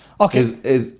Okay